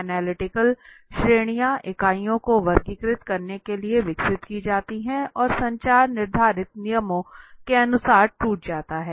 analytical श्रेणियां इकाइयों को वर्गीकृत करने के लिए विकसित की जाती हैं और संचार निर्धारित नियमों के अनुसार टूट जाता है